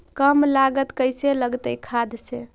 कम लागत कैसे लगतय खाद से?